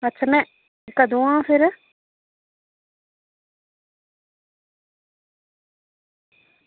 अच्छा में कदूं आह्ग में फिर